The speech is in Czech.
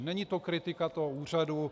Není to kritika toho úřadu.